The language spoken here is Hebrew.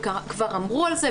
וכבר דיברו על זה,